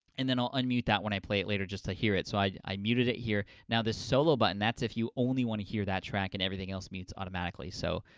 and then, i'll unmute that when i play it later just to hear it. so i i muted it here. now, this solo button, that's if you only want to hear that track and everything else means automatically. so,